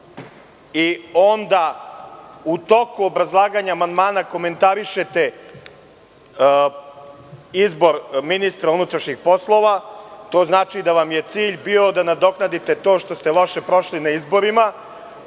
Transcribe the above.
i onda u toku obrazlaganja amandmana komentarišete izbor ministra unutrašnjih poslova, to znači da vam je cilj bio da nadoknadite to što ste loše prošli na izborima,